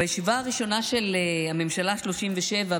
בישיבה הראשונה של הממשלה השלושים-ושבע,